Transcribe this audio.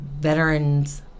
veterans